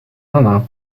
rana